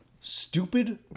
stupid